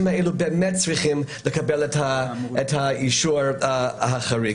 האלה באמת צריכים לקבל את האישור החריג.